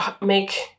make